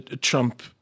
Trump